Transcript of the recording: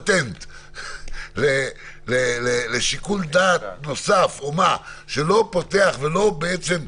פטנט לשיקול דעת נוסף שלא פותח ולא בעצם גורם,